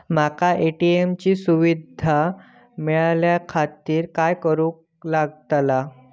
माका ए.टी.एम ची सुविधा मेलाच्याखातिर काय करूचा लागतला?